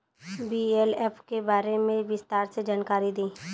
BLF के बारे में विस्तार से जानकारी दी?